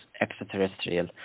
extraterrestrial